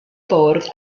bwrdd